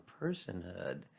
personhood